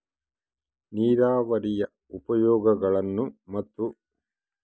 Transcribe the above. ನೇರಾವರಿಯ ಉಪಯೋಗಗಳನ್ನು ಮತ್ತು?